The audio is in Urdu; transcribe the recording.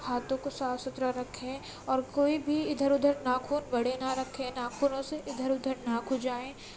ہاتھوں کو صاف سُتھرا رکھیں اور کوئی بھی اِدھر اُدھر ناخن بڑے نہ رکھیں ناخنوں سے اِدھر اُدھر نا کُھجائیں